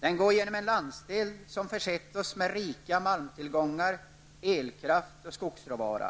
Den går genom en landsdel som försett oss med rika malmtillgångar, elkraft och skogsråvara.